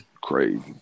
Crazy